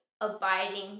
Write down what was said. abiding